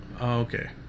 Okay